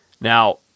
Now